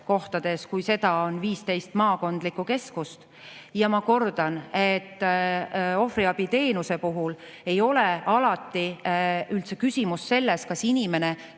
kohtades, kui seda on 15 maakondlikku keskust. Ja ma kordan, et ohvriabiteenuse puhul ei ole alati üldse küsimus selles, kas inimene